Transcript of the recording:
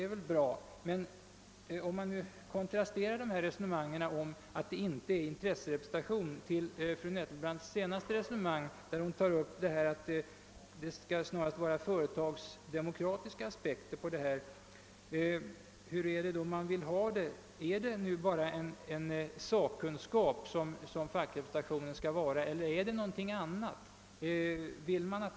Jag vill emellertid kontrastera påståendet om att det inte är fråga om intresserepresentation med fru Nettelbrandts åberopande av de företagsdemokratiska aspekterna. Vill man bara att fackrepresentationen skall tillföra skolstyrelsen sakkunskap, eller är det fråga om någonting annat?